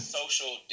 social